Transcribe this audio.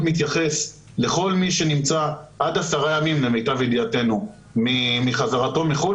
מתייחס לכל מי שנמצא עד עשרה ימים למיטב ידיעתנו מחזרתו מחו"ל,